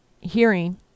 hearing